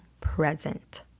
present